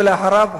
ואחריו,